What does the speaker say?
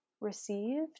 received